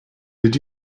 did